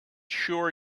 sure